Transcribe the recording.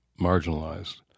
marginalized